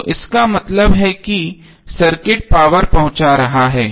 तो इसका मतलब है कि सर्किट पावर पहुंचा रहा है